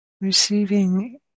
Receiving